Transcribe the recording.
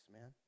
man